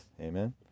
Amen